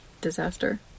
disaster